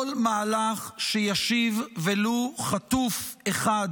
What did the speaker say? כל מהלך שישיב ולו חטוף אחד